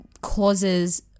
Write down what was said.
causes